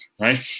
right